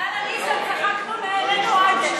יאללה, ניסן, צחקנו, נהנינו, היידה.